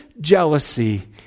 jealousy